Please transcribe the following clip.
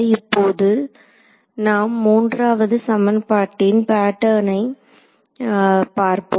இப்போது நாம் மூன்றாவது சமன்பாட்டின் பேட்டேர்னை பார்ப்போம்